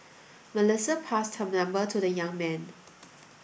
Melissa passed her number to the young man